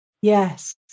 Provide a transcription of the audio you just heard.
Yes